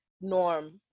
Norm